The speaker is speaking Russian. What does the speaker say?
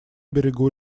берегу